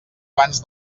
abans